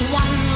one